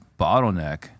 bottleneck